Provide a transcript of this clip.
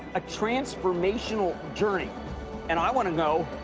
a transformational journey and i want to know,